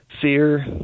fear